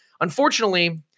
unfortunately –